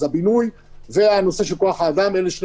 אז הבינוי והנושא של כוח האדם אלא שני